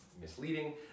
misleading